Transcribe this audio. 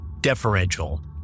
deferential